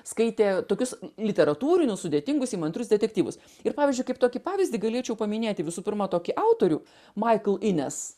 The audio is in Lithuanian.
skaitė tokius literatūrinius sudėtingus įmantrius detektyvus ir pavyzdžiui kaip tokį pavyzdį galėčiau paminėti visų pirma tokį autorių michael innes